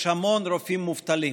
יש המון רופאים מובטלים.